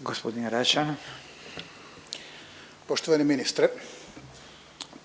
Ivan (SDP)** Poštovani ministre